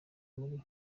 muri